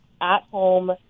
at-home